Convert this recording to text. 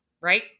Right